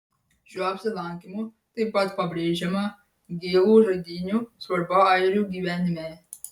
šiuo apsilankymu taip pat pabrėžiama gėlų žaidynių svarba airių gyvenime